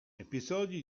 episodi